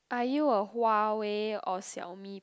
are you are a Huawei or Xiaomi